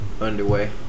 underway